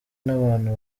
n’abantu